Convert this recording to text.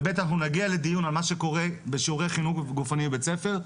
וב' אנחנו נתחיל בדיון על מה שקורה בשיעורי חינוך גופני בבית-ספר,